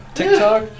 TikTok